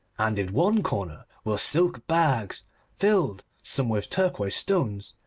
and in one corner were silk bags filled, some with turquoise-stones,